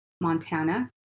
Montana